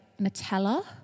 Nutella